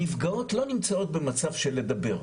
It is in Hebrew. הנפגעות לא נמצאות במצב של לדבר,